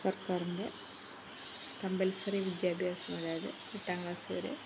സർക്കാരിന്റെ കമ്പൽസറി വിദ്യാഭ്യാസം അതായത് എട്ടാം ക്ലാസ് വരെ